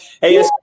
Hey